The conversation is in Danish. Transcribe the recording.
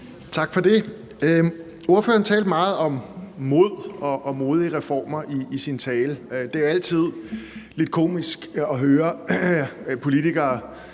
Tak for det. Ordføreren talte meget om mod og modige reformer i sin tale. Det er altid lidt komisk at høre politikere